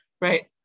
Right